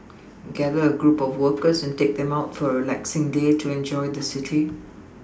gather a group of workers and take them out for a relaxing day to enjoy the city